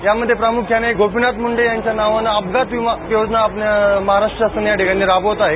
यामध्ये प्रामुख्याने गोपिनाथ मुंडे यांच्या नावाने अपघात विमा योजना महाराष्ट्र शासन या ठिकाणी राबवत आहे